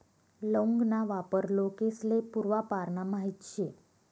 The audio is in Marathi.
लौंग ना वापर लोकेस्ले पूर्वापारना माहित शे